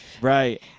Right